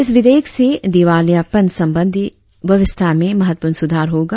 इस विधेयक से दिवालियापन संबंधी व्य्वस्था में महत्वपूर्ण सुधार होगा